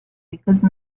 because